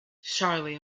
charlie